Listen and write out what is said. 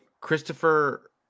Christopher